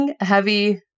heavy